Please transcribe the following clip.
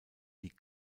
die